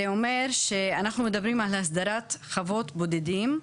זה אומר שאנחנו מדברים על הסדרת חוות בודדים.